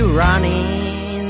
running